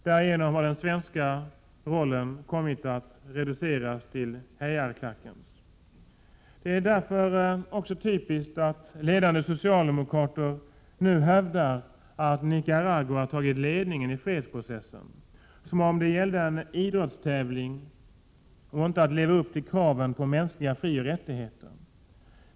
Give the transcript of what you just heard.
Därigenom har den svenska rollen kommit att reduceras till hejarklackens. Det är därför också typiskt att ledande socialdemokrater nu hävdar att Nicaragua tagit ledningen i fredsprocessen, som om det gällde en idrottstävling och inte att leva upp till kraven på mänskliga frioch rättigheter.